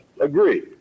agree